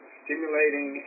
stimulating